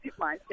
mindset